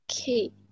Okay